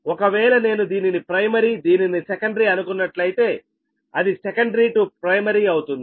ఒకవేళ నేను దీనిని ప్రైమరీ దీనిని సెకండరీ అనుకున్నట్లయితే అది సెకండరీ టు ప్రైమరీ అవుతుంది